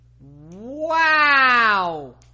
wow